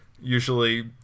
usually